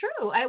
true